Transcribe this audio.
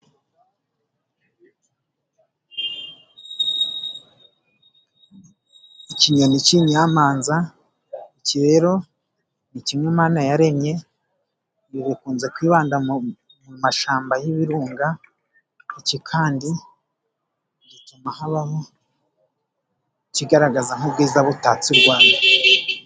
Ikinyoni cy'inyamanza iki rero ni kimwe Imana yaremye. Ibi bikunze kwibanda mu mashamba y'ibirunga, iki kandi gituma habaho ikigaragaza nk' ubwiza butatse u Rwanda.